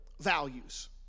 values